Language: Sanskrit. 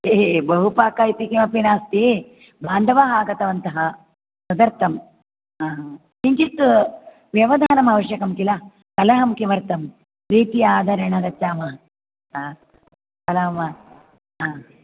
हे हे बहुपाकः इति किमपि नास्ति बान्धवाः आगतवन्तः तदर्थम् हा किञ्चित् व्यवधानम् आवश्यकं खिल कलहं किमर्थम् प्रीत्या आदरेण गच्छामः आ कलहः मास्तु आ